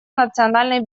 национальной